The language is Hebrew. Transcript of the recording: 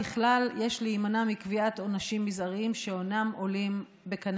ככלל יש להימנע מקביעת עונשים מזעריים שאינם עולים בקנה